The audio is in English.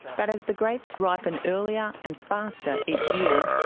but as the grapes ripen earlier and faster each year,